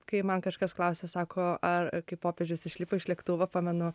kai man kažkas klausia sako ar kai popiežius išlipo iš lėktuvo pamenu